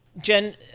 Jen